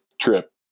trip